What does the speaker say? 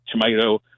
tomato